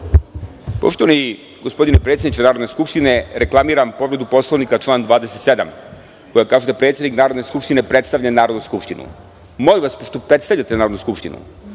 Poštovani predsedniče Narodne skupštine, reklamiram povredu Poslovnika, član 27. koja kaže da – predsednik Narodne skupštine predstavlja Narodnu skupštinu. Molim vas, pošto predstavljate Narodnu skupštinu,